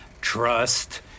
trust